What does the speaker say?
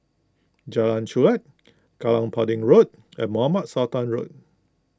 Jalan Chulek Kallang Pudding Road and Mohamed Sultan Road